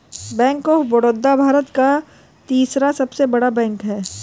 bank of Baroda Bharat का तीसरा सबसे बड़ा बैंक हैं